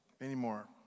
anymore